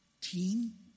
teen